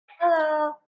Hello